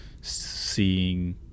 seeing